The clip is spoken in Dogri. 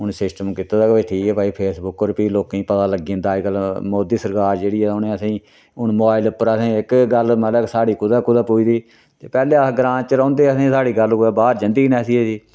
हून सिस्टम कीते दा के ठीक ऐ भई फेसबुक पर बी लोकें गी पता लग्गी जंदा अज्जकल मोदी सरकार जेह्ड़ी ऐ उनें असेंगी हून मोबाइल उप्पर असेंगी इक गल्ल मतलब ऐ कि साढ़ी कुतै कुतै पुजदी ते पैह्लैं अस ग्रांऽ च रौंह्दे हे असेंगी साढ़ी गल्ल कुतै बाह्र जंदी नेथा ऐ ही